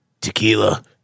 tequila